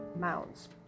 Mounds